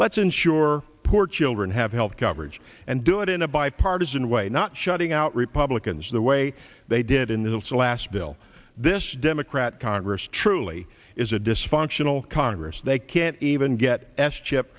let's ensure poor children have health coverage and do it in a bipartisan way not shutting out republicans the way they did in the last bill this democrat congress truly is a dysfunctional congress they can't even get s chip